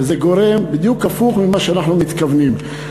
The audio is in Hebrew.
וזה גורם הפוך ממה שאנחנו מתכוונים.